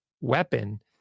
weapon